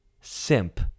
simp